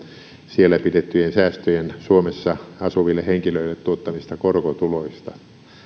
siellä pidettyjen säästöjen suomessa asuville henkilöille tuottamista korkotuloista